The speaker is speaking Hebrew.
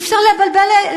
אי-אפשר לבלבל,